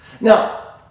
Now